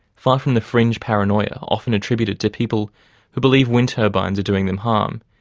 far from the fringe paranoia often attributed to people who believe wind turbines are doing them harm,